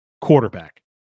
quarterback